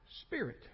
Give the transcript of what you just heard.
spirit